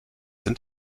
sind